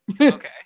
Okay